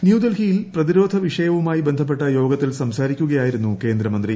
ന്യൂഡൽഹിയിൽ പ്രതിരോധ വിഷയവുമായി ബന്ധപ്പെട്ട യോഗത്തിൽ പ്രസംസാരിക്കുകയായിരുന്നു കേന്ദ്രമന്ത്രി